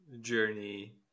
journey